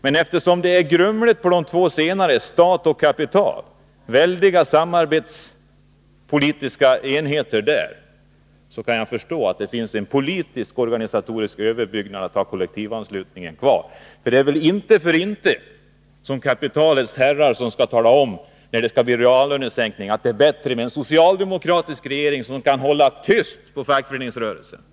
Men eftersom det är ett grumligt förhållande som råder mellan de två senare, dvs. stat och kapital, som är väldiga politiska enheter i samarbete, så kan jag förstå att det politiskt är lämpligt att ha en organisatorisk överbyggnad genom att ha kollektivanslutningen kvar. Det är väl inte för inte som kapitalets herrar, när det skall bli reallönesänkning, talar om att det är bättre med en socialdemokratisk regering, som kan hålla fackföreningsrö relsen tyst.